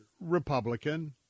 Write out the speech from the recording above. Republican